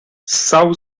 ssał